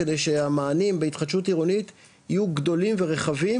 כדי שהמענים בהתחדשות עירונית יהיו גדולים ורחבים,